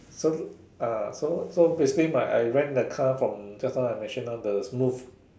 so ah so so basically my I rent the car from just now I mentioned now the Smoove